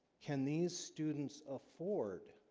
can these students afford?